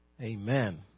Amen